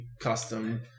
custom